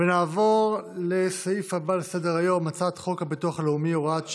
נעבור לסעיף הבא על סדר-היום: הצעת חוק הביטוח הלאומי (הוראת שעה,